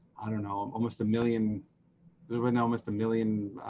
i don't know, um almost a million women almost a million.